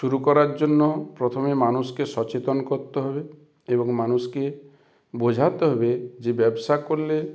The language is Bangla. শুরু করার জন্য প্রথমে মানুষকে সচেতন করতে হবে এবং মানুষকে বোঝাতে হবে যে ব্যবসা করলে